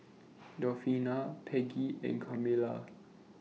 Delfina Peggie and Carmela